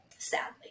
sadly